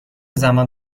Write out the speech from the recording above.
زمان